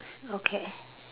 okay